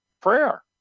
prayer